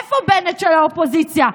איפה בנט של האופוזיציה?